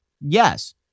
yes